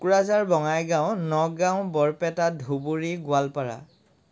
Kokrajhar Bongaigaon Nagaon Barpeta Dhubri Goalpara